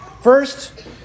First